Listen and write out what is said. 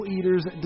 Eaters